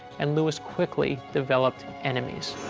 and lewis quickly developed enemies.